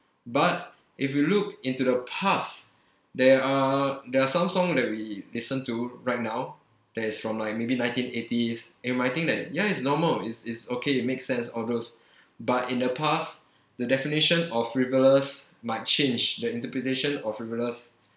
but if you look into the past there are there are some song that we listen to right now that is from like maybe nineteen eighties and we might think that ya it's normal is is okay it make sense all those but in the past the definition of frivolous might change the interpretation of frivolous